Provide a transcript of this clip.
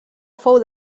fou